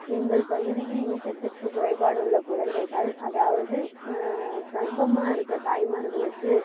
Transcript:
எங்கள் பகுதியில் ஊட்டச்சத்து குறைபாடு உள்ள குழந்தைகள் அதாவது கர்ப்பமா இருக்க தாய்மார்களுக்கு